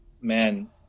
man